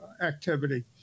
activity